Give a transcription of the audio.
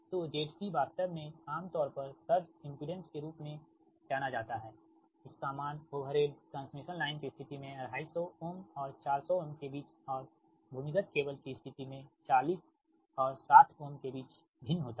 तो ZC वास्तव में आम तौर पर सर्ज इमपिडेंस के रूप में जाना जाता है इसका मान ओवरहेड ट्रांसमिशन लाइन के स्थिति में 250 ओम और 400 ओम के बीच और भूमिगत केबल के स्थिति में 40 और 60 ओम के बीच भिन्न होता है